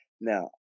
Now